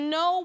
no